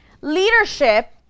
Leadership